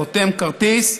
חותם כרטיס,